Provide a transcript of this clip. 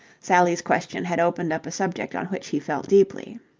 sally's question had opened up a subject on which he felt deeply.